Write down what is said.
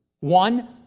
One